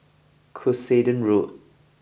Cuscaden Road